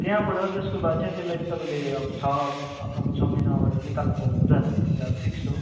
त्यहाँबाट त्यसको बाद चाहिँ त्यसलाई चाहिँ तपाईँले अब छ अब छ महिना अगाडि चाहिँ निकाल्नु पाउनुहुँदैन त्यो चाहिँ अब फिक्स्ड हो